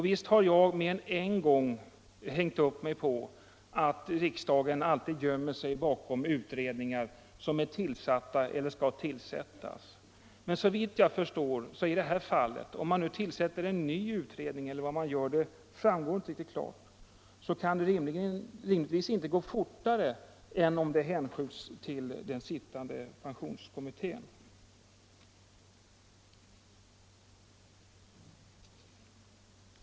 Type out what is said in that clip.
Visst har jag mer än en gång hängt upp mig på att riksdagen ofta gömmer sig bakom utredningar som är tillsatta eller skall tillsättas. Men om man i detta fall tillsätter en ny utredning eller vad man nu gör — det framgår inte riktigt klart vad reservanterna i det avseendet vill — så kan det rimligtvis inte gå fortare än om frågorna hänskjuts till den sittande pensionskommittén.